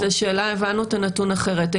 הבנו את הנתון אחרת.